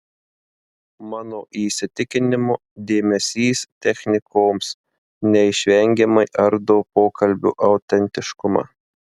mano įsitikinimu dėmesys technikoms neišvengiamai ardo pokalbio autentiškumą